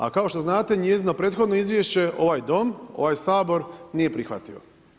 A kao što znate njezino prethodno izvješće ovaj Dom, ovaj Sabor nije prihvatio.